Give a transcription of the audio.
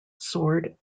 sword